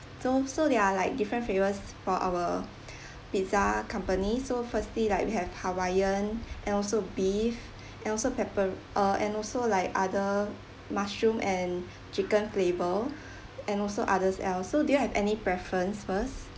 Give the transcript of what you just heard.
so so they are like different flavours for our pizza company so firstly like we have hawaiian and also beef and also pepper uh and also like other mushroom and chicken flavour and also others ya so do you have any preference first